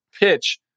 pitch